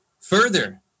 further